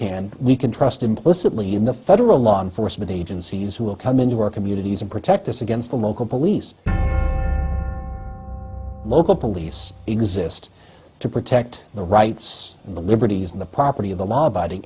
hand we can trust implicitly in the federal law enforcement agencies who will come into our communities and protect us against the local police local police exist to protect the rights and the liberties and the property of the law abiding